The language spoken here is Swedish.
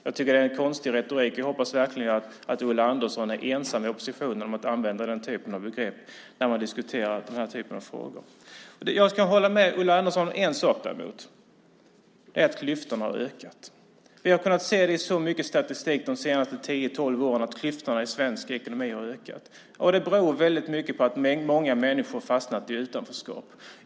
Jag tycker att det är en konstig retorik och hoppas verkligen att Ulla Andersson är ensam i oppositionen om att använda nämnda typ av begrepp när den här typen av frågor diskuteras. En sak kan jag däremot hålla med Ulla Andersson om, och det är att klyftorna har ökat. Under de senaste tio-tolv åren har vi i väldigt mycket statistik kunnat se att klyftorna i svensk ekonomi har ökat. Det beror väldigt mycket på att många människor har fastnat i ett utanförskap.